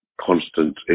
constant